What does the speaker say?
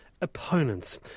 opponents